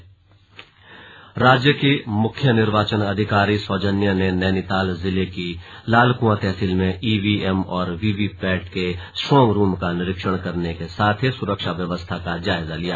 slug निरीक्षण राज्य की मुख्य निर्वाचन अधिकारी सौजन्या ने नैनीताल जिले की लालकुंआ तहसील में ईवीएम और वीवीपैट के स्ट्रॉन्ग रूम का निरीक्षण करने के साथ ही सुरक्षा व्यवस्था का जायजा लिया